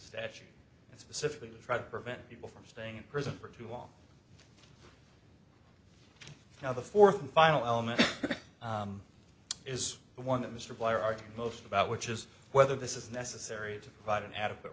statute it's pacifically to try to prevent people from staying in prison for too long now the fourth and final element is the one that mr blair art most about which is whether this is necessary to provide an adequate